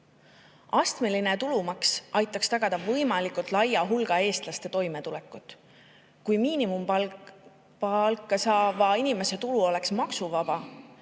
Astmeline tulumaks aitaks tagada võimalikult suure hulga eestlaste toimetulekut, kui miinimumpalka saava inimese tulu oleks maksuvaba,